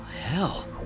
Hell